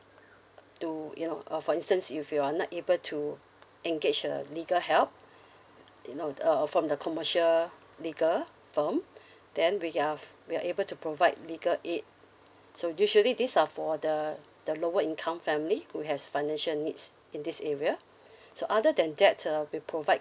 uh to you know uh for instance if you're not able to engage a legal help uh you know uh uh from the commercial legal firm then we are of we are able to provide legal aid so usually these are for the the lower income family who has financial needs in this area so other than that uh we provide